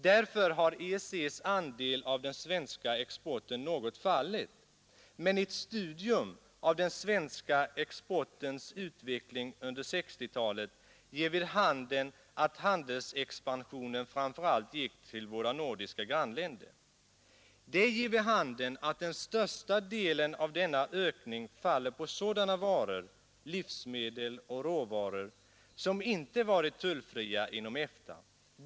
Därför har EEC:s andel av den svenska exporten något fallit. Men ett studium av den svenska exportens utveckling under 1960-talet ger vid handen att handelsexpansionen framför allt gick till våra nordiska grannländer. Det ger vid handen att den största delen av denna ökning faller på sådana varor — livsmedel och råvaror — som inte varit tullfria inom EFTA.